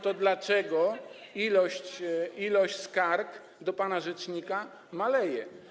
to dlaczego ilość skarg do pana rzecznika maleje?